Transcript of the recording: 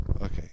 Okay